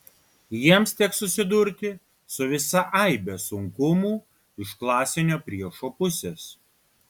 jiems teks susidurti su visa aibe sunkumų iš klasinio priešo pusės